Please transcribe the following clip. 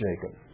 Jacob